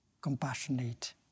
compassionate